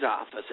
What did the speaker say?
office